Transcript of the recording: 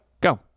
go